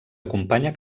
acompanya